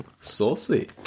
saucy